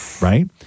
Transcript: right